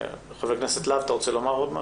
חבר הכנסת להב, אתה רוצה לומר עוד משהו?